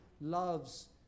loves